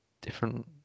different